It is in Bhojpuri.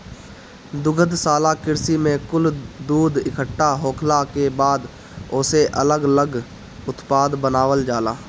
दुग्धशाला कृषि में कुल दूध इकट्ठा होखला के बाद ओसे अलग लग उत्पाद बनावल जाला